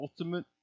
ultimate